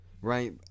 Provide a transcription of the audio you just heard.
right